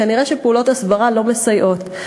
וכנראה פעולות הסברה לא מסייעות.